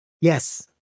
Yes